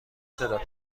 تعداد